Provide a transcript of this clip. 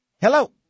Hello